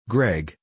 Greg